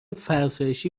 فرسایشی